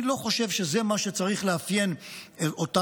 אני לא חושב שזה מה שצריך לאפיין אותנו.